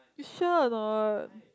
you sure or not